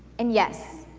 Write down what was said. and yes,